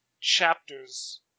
chapters